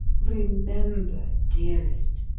remember, dearest,